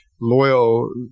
loyal